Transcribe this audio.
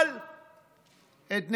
אבל את נתניהו,